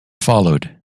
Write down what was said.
followed